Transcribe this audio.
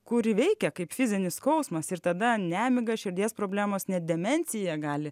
kuri veikia kaip fizinis skausmas ir tada nemiga širdies problemos net demencija gali